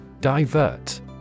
Divert